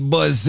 Buzz